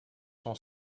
son